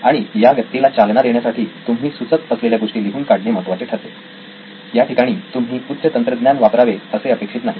आणि या व्यक्तीला चालना देण्यासाठी तुम्ही सुचत असलेल्या गोष्टी लिहून काढणे महत्त्वाचे ठरते याठिकाणी तुम्ही उच्च तंत्रज्ञान वापरावे असे अपेक्षित नाही